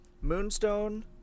Moonstone